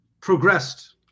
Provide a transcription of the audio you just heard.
progressed